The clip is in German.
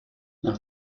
nach